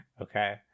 Okay